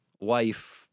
wife